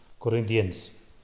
Corinthians